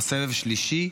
וכבר סבב שלישי,